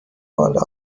بالا